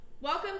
Welcome